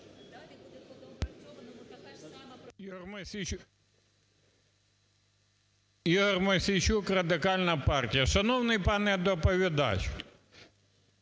Ігор Мосійчук, Радикальна партія. Шановний пане доповідач,